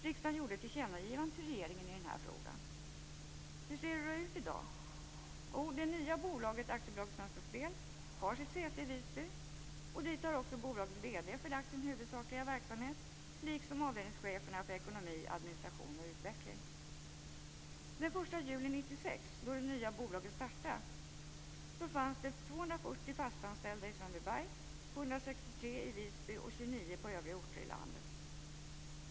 Riksdagen gjorde ett tillkännagivande till regeringen i den här frågan. Hur ser det då ut i dag? Det nya bolaget AB Svensk Spel har sitt säte i Visby. Dit har också bolagets vd förlagt sin huvudsakliga verksamhet liksom avdelningscheferna för ekonomi, administration och utveckling. Den 1 juli 1996, då det nya bolaget startade, fanns det 240 fast anställda i Sundbyberg, 163 i Visby och 29 på övriga orter i landet.